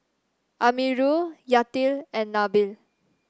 Amirul Yati and Nabil